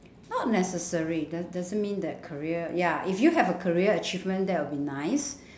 not necessary do~ doesn't mean that career ya if you have a career achievement that would be nice